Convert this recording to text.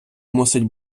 мусить